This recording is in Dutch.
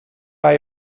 bij